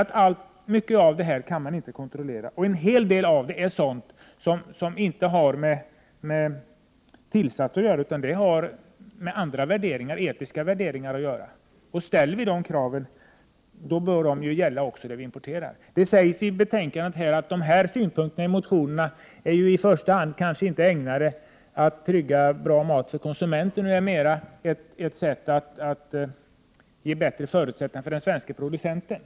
Det finns mycket som inte kan kontrolleras. Det handlar inte alltid om tillsatser. I stället kan det handla om andra värderingar — t.ex. etiska värderingar. Ställda krav bör alltså gälla även importen. Det sägs i betänkandet att de synpunkter som förs fram i motionerna i första hand kanske inte är ägnade att trygga en bra mat för konsumenten. I stället är det ett sätt att åstadkomma bättre förutsättningar för den svenske producenten.